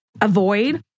avoid